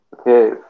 Okay